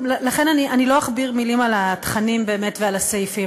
לכן אני לא אכביר מילים על התכנים ועל הסעיפים.